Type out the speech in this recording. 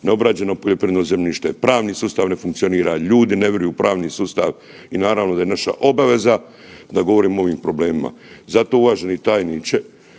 neobrađeno poljoprivredno zemljište, pravni sustav ne funkcionira, ljudi ne vjeruju u pravni sustav i naravno da je naša obaveza da govorimo o ovim problemima. Zato uvaženi tajniče